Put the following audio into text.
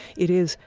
it is,